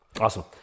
awesome